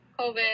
COVID